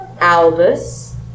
Albus